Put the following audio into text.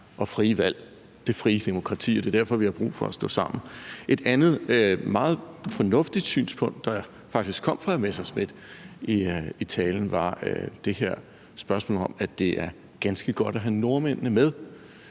og frie valg, det frie demokrati – og det er derfor, vi har brug for at stå sammen. Et andet meget fornuftigt synspunkt, der faktisk kom fra hr. Morten Messerschmidt i talen, var det her spørgsmål om, at det er ganske godt at have nordmændene med.